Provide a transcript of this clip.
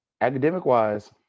academic-wise